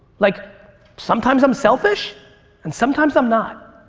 like sometimes i'm selfish and sometimes i'm not.